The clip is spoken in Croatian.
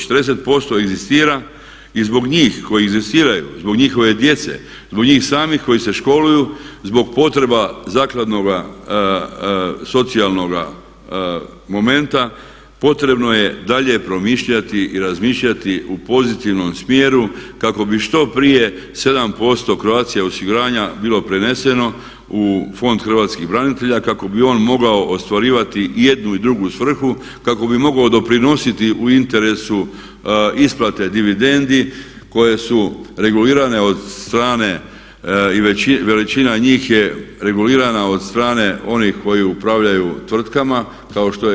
40% egzistira i zbog njih koji egzistiraju, zbog njihove djece, zbog njih samih koji se školuju, zbog potreba zakladnoga socijalnoga momenta potrebno je dalje promišljati i razmišljati u pozitivnom smjeru kako bi što prije 7% Croatia osiguranja bilo preneseno u Fond hrvatskih branitelja kako bi on mogao ostvarivati i jednu i drugu svrhu kako bi mogao doprinositi u interesu isplate dividendi koje su regulirane od strane i veličina njih je regulirana od strane onih koji upravljaju tvrtkama kao što je HT.